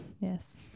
Yes